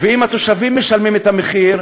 ואם התושבים משלמים את המחיר,